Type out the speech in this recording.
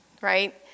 right